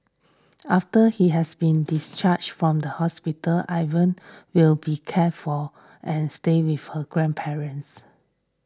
after he has been discharged from the hospital Evan will be cared for and stay with his grandparents